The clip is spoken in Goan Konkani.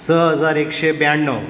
स हजार एकशें ब्याण्णव